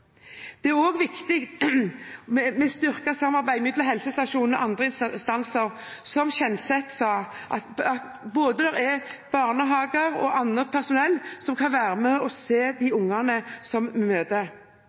Det er også viktig med styrket samarbeid mellom helsestasjonene og andre instanser, og som Kjenseth sa, kan både barnehage- og annet personell være med og se de ungene som møter.